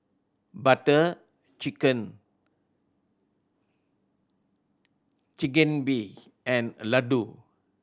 Butter Chicken Chigenabe and Ladoo